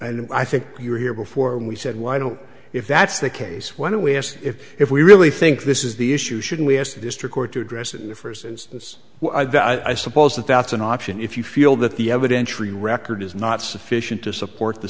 think you were here before and we said why don't if that's the case why don't we ask if if we really think this is the issue should we ask the district court to address it in the first is this i suppose that that's an option if you feel that the evidentiary record is not sufficient to support the